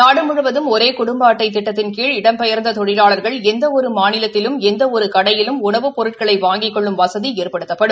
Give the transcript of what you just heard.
நாடு முழுவதும் ஓரே குடும்ப அட்டை திட்டத்தின் கீழ் இடம்பெயர்ந்த தொழிலாளர்கள் எந்த ஒரு மாநிலத்திலும் எந்த ஒரு கடையிலும் உணவுப் பொருட்களை வாஙிகக் கொள்ளும் வசதி ஏற்படுத்தப்படும்